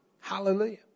Hallelujah